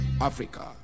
Africa